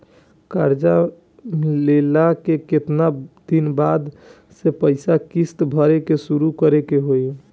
कर्जा लेला के केतना दिन बाद से पैसा किश्त भरे के शुरू करे के होई?